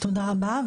תודה רבה.